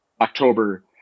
October